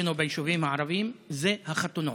אצלנו ביישובים הערביים זה החתונות.